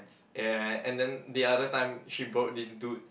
ya and then the other time she borrowed this dude